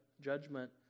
judgment